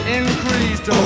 increased